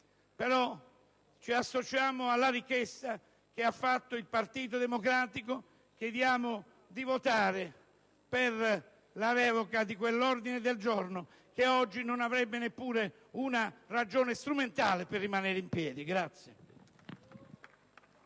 però ci associamo alla richiesta che ha avanzato il Partito Democratico: chiediamo di votare per la revoca di quell'ordine del giorno, che oggi non avrebbe neppure una ragione strumentale per rimanere in piedi.